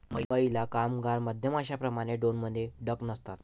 महिला कामगार मधमाश्यांप्रमाणे, ड्रोनमध्ये डंक नसतात